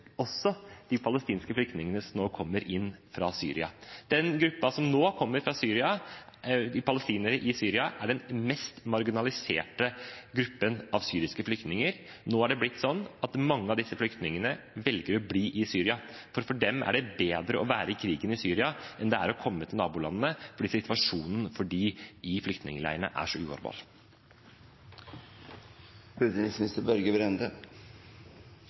også de palestinske flyktningene som nå kommer inn fra Syria? Den gruppen som nå kommer fra Syria – palestinere i Syria – er den mest marginaliserte gruppen av syriske flyktninger. Nå er det blitt sånn at mange av disse flyktningene velger å bli i Syria, for for dem er det bedre å være i krigen i Syria enn å komme til nabolandene, fordi situasjonen i flyktningleirene er så